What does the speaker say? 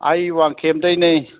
ꯑꯩ ꯋꯥꯡꯈꯦꯝꯗꯒꯤꯅꯦ